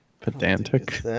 Pedantic